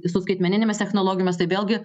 su skaitmeninėmis technologijomis tai vėlgi